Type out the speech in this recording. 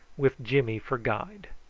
with jimmy for guide.